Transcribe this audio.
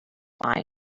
fine